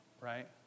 right